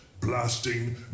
Blasting